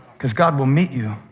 because god will meet you